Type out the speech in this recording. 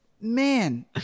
man